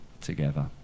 together